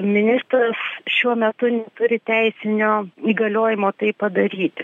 ministras šiuo metu neturi teisinio įgaliojimo tai padaryt